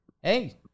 Hey